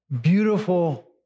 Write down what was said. beautiful